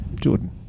Jordan